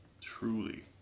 Truly